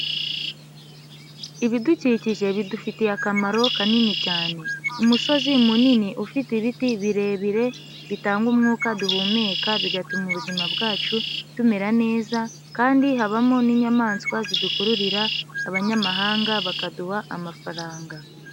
Ibidukikije bidufitiye akamaro kanini cyane, umusozi munini ufite ibiti birebire bitanga umwuka duhumeka bigatuma ubuzima bwacu tumera neza kandi habamo n'inyamaswa zidukururira abanyamahanga bakaduha amafaranga.